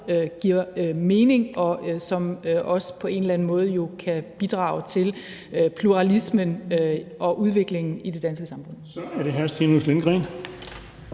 giver mening, og som også på en eller anden måde jo kan bidrage til pluralismen og udviklingen i det danske samfund.